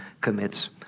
commits